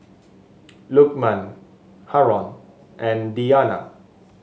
Lukman Haron and Diyana